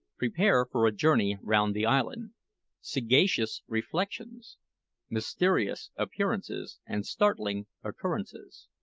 prepare for a journey round the island sagacious reflections mysterious appearances and startling occurrences.